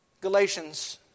Galatians